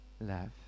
love